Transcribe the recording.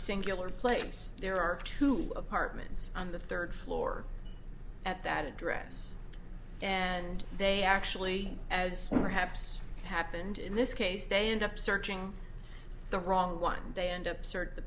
singular place there are two apartments on the third floor at that address and they actually as perhaps happened in this case they end up searching the wrong one they end up sort the